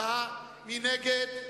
מי נגד?